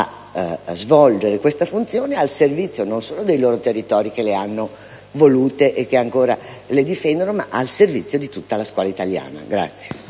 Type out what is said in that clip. a svolgere la loro funzione, al servizio non solo dei loro territori che le hanno volute, e che ancora le difendono, ma di tutta le scuola italiana. [FRANCO